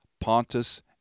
Pontus